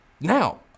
now